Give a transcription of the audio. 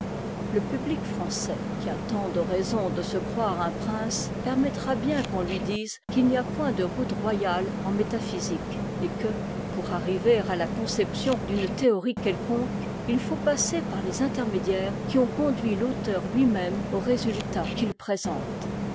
le public français qui a tant de raisons de se croire un prince permettra bien qu'on lui dise qu'il n'y y a point de route royale en métaphysique et que pour arriver à la conception d'une théorie quelconque il faut passer par les intermédiaires qui ont conduit l'auteur lui-même aux résultats qu'il présente